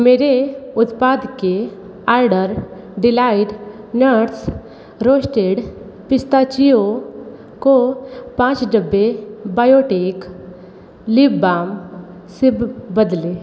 मेरे उत्पाद के order delight nuts roasted pistachio को पाँच डब्बे बायोटीक़ लिप बाम सब बदलें